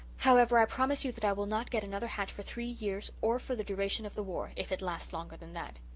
however, i promise you that i will not get another hat for three years or for the duration of the war, if it lasts longer than that.